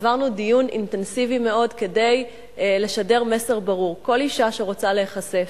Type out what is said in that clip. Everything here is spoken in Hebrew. עברנו דיון אינטנסיבי מאוד כדי לשדר מסר ברור: כל אשה שרוצה להיחשף,